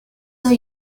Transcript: are